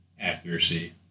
accuracy